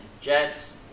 Jets